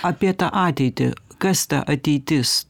apie tą ateitį kas ta ateitis